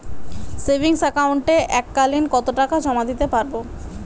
Savings একাউন্টে এক কালিন কতটাকা জমা দিতে পারব?